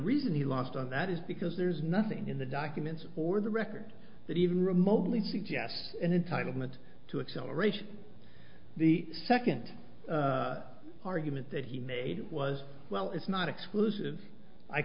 reason he lost on that is because there's nothing in the documents or the record that even remotely suggest in a title meant to accelerate the second argument that he made was well it's not exclusive i